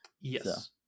Yes